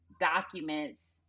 documents